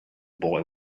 boy